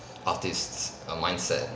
artist's err mindset